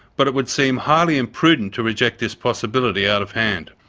but it would seem highly imprudent to reject this possibility out of hand.